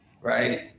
right